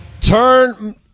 Turn